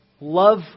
love